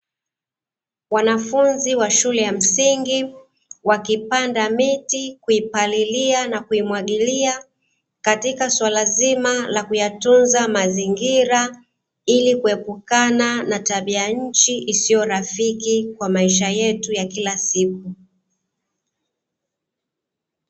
Wanafunzi wa shule ya msingi wa kipanda miti na kuipalilia na kumwagilia, katika suala zima la kuyatunza mazingira. Ili kuepukana na tabianchi isiyo rafiki, kwa maisha yetu ya kila siku.